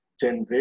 generate